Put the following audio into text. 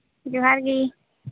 ᱡᱚᱸᱦᱟᱨ ᱜᱮ